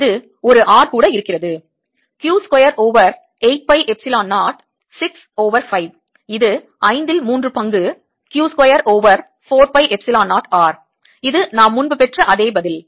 அல்லது ஒரு R கூட இருக்கிறது Q square over 8 pi epsilon 0 6 over 5 இது ஐந்தில் மூன்று பங்கு Q square over 4 pi epsilon 0 R இது நாம் முன்பு பெற்ற அதே பதில்